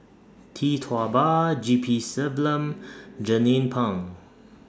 Tee Tua Ba G P Selvam Jernnine Pang